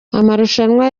amarushanwa